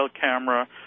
camera